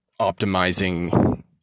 optimizing